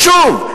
שוב,